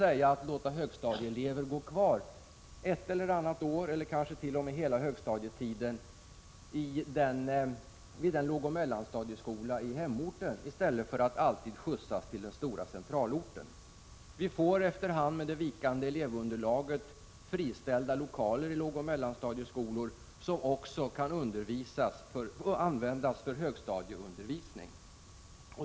Högstadieelever kan i sådana fall få gå kvar ett eller annat år, eller kanske t.o.m. under hela högstadietiden, i en lågoch mellanstadieskola på hemorten i stället för att alltid skjutsas till den stora centralorten. Genom det vikande elevunderlaget får vi efter hand friställda lokaler i lågoch mellanstadieskolor som också kan användas för högstadieundervisning.